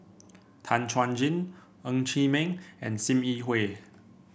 Tan Chuan Jin Ng Chee Meng and Sim Yi Hui